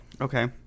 Okay